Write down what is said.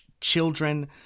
children